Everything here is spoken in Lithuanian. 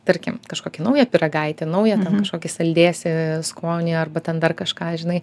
tarkim kažkokį naują pyragaitį naują kažkokį saldėsį skonį arba ten dar kažką žinai